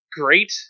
great